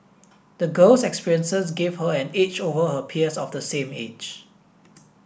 the girl's experiences gave her an edge over her peers of the same age